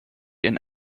een